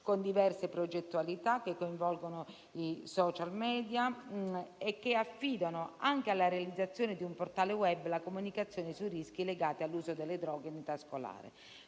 con diverse progettualità che coinvolgono i *social media* e affidano anche alla realizzazione di un portale *web* la comunicazione sui rischi legati all'uso delle droghe in età scolare.